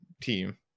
team